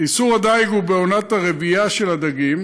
איסור הדיג הוא בעונת הרבייה של הדגים,